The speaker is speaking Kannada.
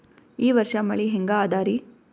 ಈ ವರ್ಷ ಮಳಿ ಹೆಂಗ ಅದಾರಿ?